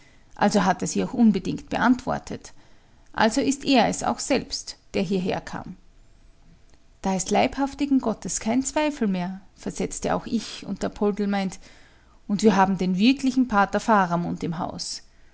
also hat er sie auch unbedingt beantwortet also ist er es auch selbst der hierher kam da ist leibhaftigen gottes kein zweifel mehr versetzte auch ich und der poldl meint und wir haben den wirklichen pater faramund im haus